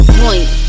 point